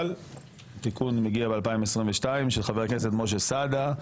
אבל התיקון מגיע ב- 2022 של חבר הכנסת משה סעדה.